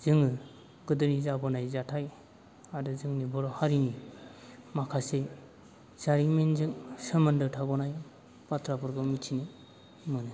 जोंनि गोदोनि जाबोनाय जाथाय आरो जोंनि बर' हारिनि माखासे जारिमिनजों सोमोन्दो थाबावनाय बाथ्राफोरखौ मिथिनो मोनो